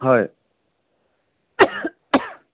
হয়